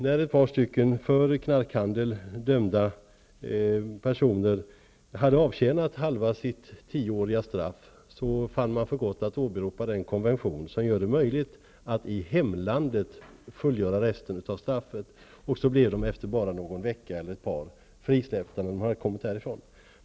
När ett par för knarkhandel dömda personer hade avtjänat halva sitt straff på tio år fann man för gott att åberopa den konvention som gör det möjligt att i hemlandet fullgöra resten av straffet. Därför blev de dömda frisläppta efter en eller ett par veckor, när de kommit härifrån.